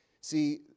See